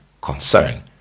concern